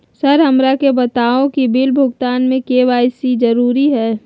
Sir हमरा के बताओ कि बिल भुगतान में के.वाई.सी जरूरी हाई?